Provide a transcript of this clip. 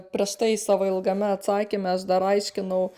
prieš tai savo ilgame atsakyme aš dar aiškinau